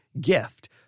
gift